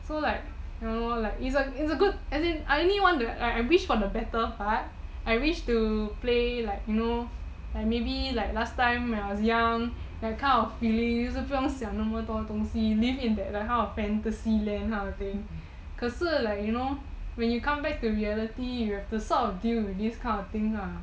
so like you know like it's a good as in I only want I wish for the better part I wish to play like maybe you know like last time when I was young that kind of feeling 不用想那么多东西 live in that kind of fantasy land that kind of thing 可是 you know when you come back to reality to have to deal with this sort of thing